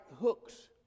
hooks